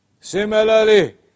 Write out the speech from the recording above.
Similarly